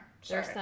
sure